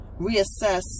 reassess